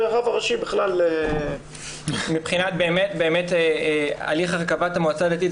והרב הראשי בכלל --- מבחינת באמת הליך הרכבת המועצה הדתית,